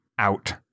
out